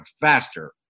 faster